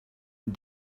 and